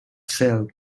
cell